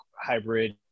hybrid